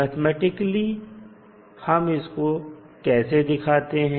mathematically हम इसको कैसे दिखाते हैं